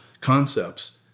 concepts